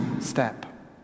step